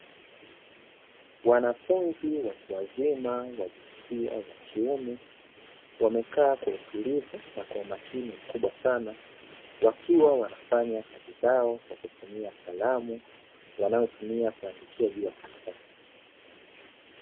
Wanafunzi watu wazima wa jinsia ya kiume, wamekaa kwa utulivu na kwa umakini mkubwa sana wakiwa wanafanya kazi zao kwa kutumia kalamu wanayotumia kuandikia juu ya karatasi.